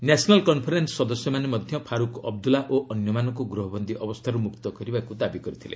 national Conference ସଦସ୍ୟମାନେ ମଧ୍ୟ ଫାରୁକ୍ ଅବଦୁଲ୍ଲା ଓ ଅନ୍ୟମାନଙ୍କୁ ଗୃହବନ୍ଦୀ ଅବସ୍ଥାରୁ ମୁକ୍ତ କରିବାକୁ ଦାବି କରିଥିଲେ